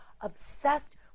obsessed